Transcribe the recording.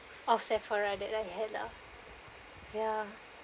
of Sephora that I had lah ya